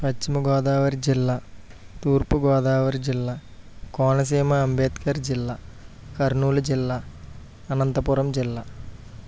పశ్చిమగోదావరి జిల్లా తూర్పుగోదావరి జిల్లా కోనసీమ అంబేద్కర్ జిల్లా కర్నూలు జిల్లా అనంతపురం జిల్లా